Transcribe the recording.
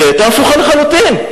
היא היתה הפוכה לחלוטין,